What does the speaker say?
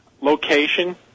location